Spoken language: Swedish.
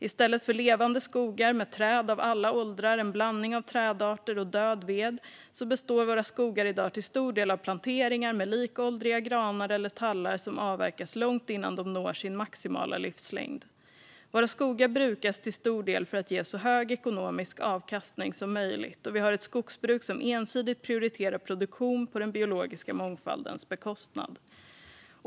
I stället för levande skogar med träd av alla åldrar, en blandning av trädarter och död ved består våra skogar i dag till stor del av planteringar med likåldriga granar eller tallar som avverkas långt innan de når sin maximala livslängd. Våra skogar brukas till stor del för att ge så hög ekonomisk avkastning som möjligt, och vi har ett skogsbruk som ensidigt prioriterar produktion på den biologiska mångfaldens bekostnad.